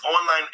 online